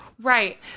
Right